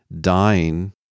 dying